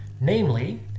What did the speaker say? Namely